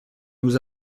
nous